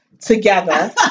together